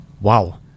Wow